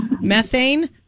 Methane